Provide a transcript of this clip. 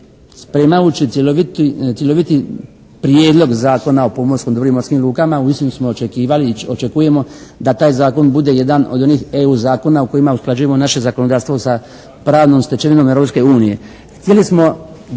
spremajući cjelovitiji Prijedlog zakona o pomorskom dobru i morskim lukama uistinu smo očekivali i očekujemo da taj Zakon bude jedan od onih "EU" zakona kojima usklađujemo naše zakonodavstvo sa pravnom stečevinom